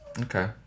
Okay